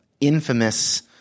infamous